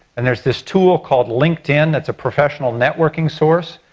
and there's this tool called linkedin that's a professional networking source.